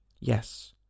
Yes